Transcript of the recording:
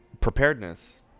preparedness